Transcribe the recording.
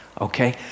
Okay